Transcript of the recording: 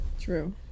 True